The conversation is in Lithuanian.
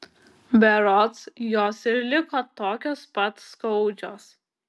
berods jos ir liko tokios pat skaudžios